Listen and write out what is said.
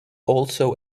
also